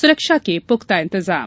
सुरक्षा के पुख्ता इंतजाम